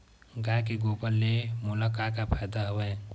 गाय के गोबर ले मोला का का फ़ायदा हवय?